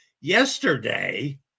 yesterday